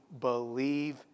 believe